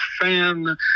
fan